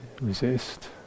Resist